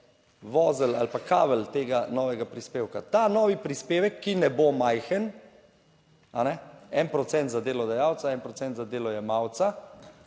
vozel ali pa kavelj tega novega prispevka? Ta novi prispevek, ki ne bo majhen, a ne, 1 procent za delodajalca,